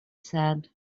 said